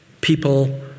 people